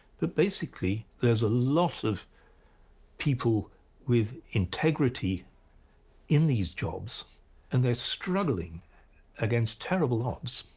but basically there's a lot of people with integrity in these jobs and they're struggling against terrible odds.